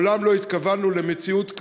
מעולם לא התכוונו למציאות כזאת,